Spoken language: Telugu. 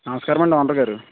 నమస్కారమండి ఓనర్ గారు